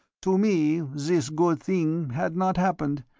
to me this good thing had not happened,